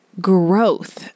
Growth